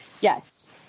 Yes